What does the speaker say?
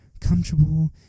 comfortable